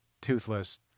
toothless